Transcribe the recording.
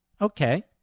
Okay